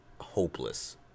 hopeless